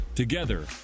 Together